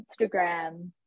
Instagram